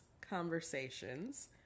conversations